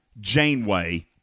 Janeway